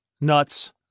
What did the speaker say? nuts